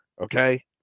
Okay